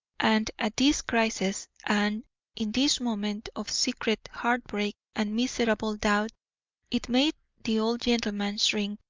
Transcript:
and at this crisis and in this moment of secret heart-break and miserable doubt it made the old gentleman shrink,